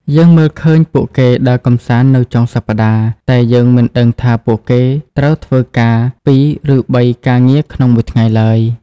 យើងមើលឃើញពួកគេដើរកម្សាន្តនៅចុងសប្តាហ៍ តែយើងមិនដឹងថាពួកគេត្រូវធ្វើការ ២ ឬ ៣ ការងារក្នុងមួយថ្ងៃឡើយ។